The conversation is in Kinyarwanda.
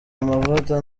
amavuta